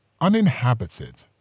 uninhabited